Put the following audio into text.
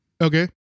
Okay